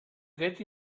get